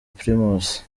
primus